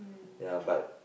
ya but